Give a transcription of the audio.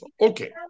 Okay